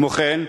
כמו כן,